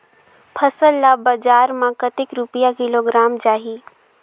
फसल ला बजार मां कतेक रुपिया किलोग्राम जाही?